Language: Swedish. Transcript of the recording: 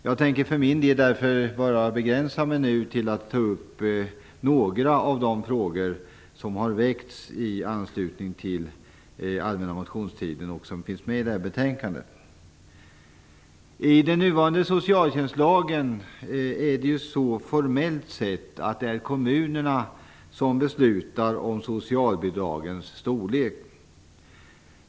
Jag tänker därför för min del begränsa mig till att nu bara ta upp några av de frågor som har väckts i anslutning till allmänna motionstiden och som finns med i detta betänkande. Enligt den nuvarande socialtjänstlagen är det formellt sett kommunerna som beslutar om socialbidragens storlek.